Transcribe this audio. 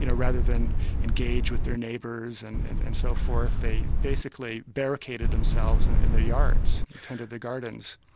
you know rather than engage with their neighbours and and and so forth, they basically barricaded themselves and in their yards, tended their gardens.